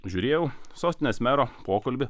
žiūrėjau sostinės mero pokalbį